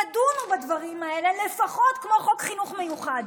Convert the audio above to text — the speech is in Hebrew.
תדונו בדברים האלה לפחות כמו חוק חינוך מיוחד.